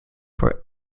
for